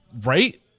Right